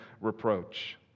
reproach